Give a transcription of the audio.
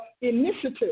initiative